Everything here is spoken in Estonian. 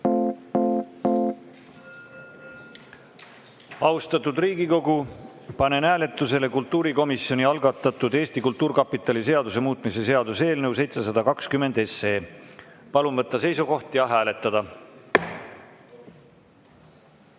Austatud Riigikogu, panen hääletusele kultuurikomisjoni algatatud Eesti Kultuurkapitali seaduse muutmise seaduse eelnõu 720. Palun võtta seisukoht ja hääletada!